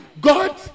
God